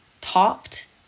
talked